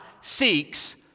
seeks